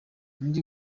undi